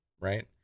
right